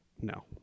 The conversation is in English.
No